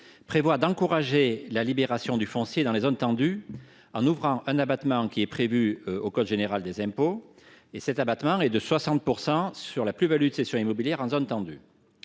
prévoit d’encourager la libération du foncier dans les zones tendues, en y ouvrant l’abattement prévu à l’article 150 VE du code général des impôts. Cet abattement est de 60 % sur la plus value de cession immobilière en zone tendue